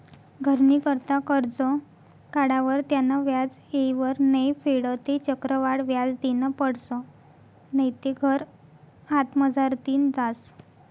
घरनी करता करजं काढावर त्यानं व्याज येयवर नै फेडं ते चक्रवाढ व्याज देनं पडसं नैते घर हातमझारतीन जास